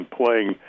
playing –